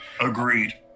Agreed